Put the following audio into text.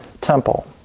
temple